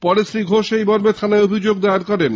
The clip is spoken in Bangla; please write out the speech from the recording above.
পরে শ্রী ঘোষ এই মর্মে থানায় অভিযোগ দায়ের করেন